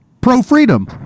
pro-freedom